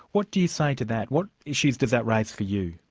what do you say to that? what issues does that raise for you?